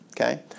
Okay